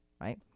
Right